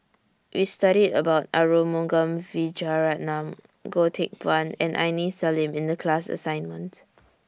We studied about Arumugam Vijiaratnam Goh Teck Phuan and Aini Salim in The class assignment